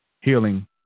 healing